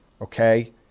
okay